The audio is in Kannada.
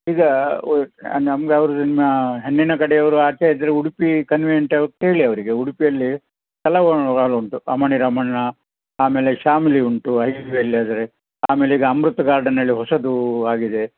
ಈಗ ನಮ್ಗೆ ಅವರು ನಿಮ್ಮ ಹೆಣ್ಣಿನ ಕಡೆಯವರು ಆಚೆ ಇದ್ದರೆ ಉಡುಪಿ ಕನ್ವಿಯೆಂಟ ಅವು ಕೇಳಿ ಅವರಿಗೆ ಉಡುಪಿಯಲ್ಲಿ ಹಲವು ವಾರ್ ಉಂಟು ಅಮಣಿ ರಾಮಣ್ಣ ಆಮೇಲೆ ಶ್ಯಾಮಿಲಿ ಉಂಟು ಹೈವೆಯಲ್ಲಿಯಾದರೆ ಆಮೇಲೆ ಈಗ ಅಮೃತ್ ಗಾರ್ಡನ್ ಹೇಳಿ ಹೊಸದು ಆಗಿದೆ